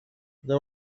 there